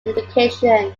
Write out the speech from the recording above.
education